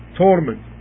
torment